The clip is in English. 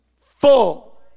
full